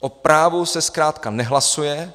O právu se zkrátka nehlasuje.